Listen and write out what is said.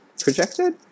projected